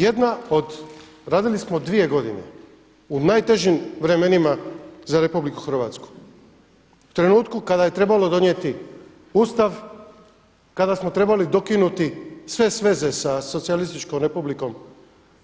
Jedna od, radili smo dvije godine u najtežim vremenima za Republiku Hrvatsku, u trenutku kada je trebalo donijeti Ustav, kada smo trebali dokinuti sve sveze sa Socijalističkom Republikom